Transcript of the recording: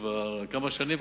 כבר כמה שנים,